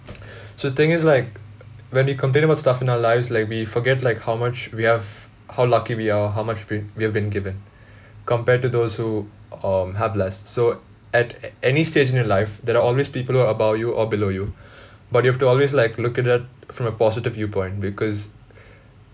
so the thing is like when we complain about stuff in our lives like we forget like how much we have how lucky we are how much we we've been given compared to those who um have less so at any stage in your life there are always people who're above you or below you but you've to always like look at it from a positive viewpoint because